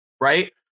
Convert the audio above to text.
right